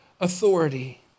authority